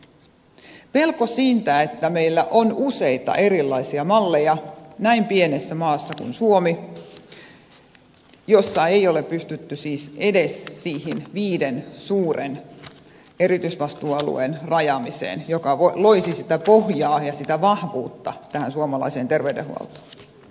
on pelko siitä että meillä on useita erilaisia malleja näin pienessä maassa kuin suomi missä ei ole siis pystytty edes siihen viiden suuren erityisvastuualueen rajaamiseen joka loisi sitä pohjaa ja sitä vahvuutta tähän suomalaiseen terveydenhuoltoon